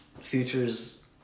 futures